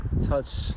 touch